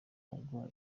ubwo